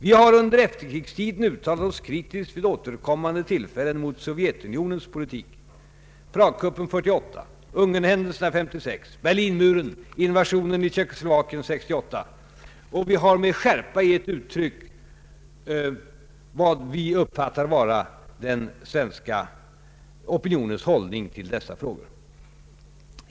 Vi har under efterkrigstiden uttalat oss kritiskt vid återkommande tillfällen mot Sovjetunionens politik, Pragkuppen 1948, Ungernhändelserna 1956, Berlinmuren samt invasionen i Tjeckoslovakien 1968, och vi har med skärpa gett uttryck för vad vi uppfattar vara den svenska opinionens hållning i dessa frågor.